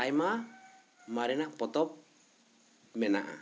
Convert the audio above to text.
ᱟᱭᱢᱟ ᱢᱟᱨᱮᱱᱟᱜ ᱯᱚᱛᱚᱵ ᱢᱮᱱᱟᱜᱼᱟ